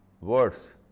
words